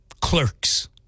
clerks